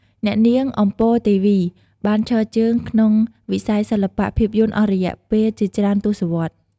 អ្នកនាង អម្ពរ ទេវី បានឈរជើងក្នុងវិស័យសិល្បៈភាពយន្តអស់រយៈពេលជាច្រើនទសវត្សរ៍។